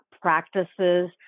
practices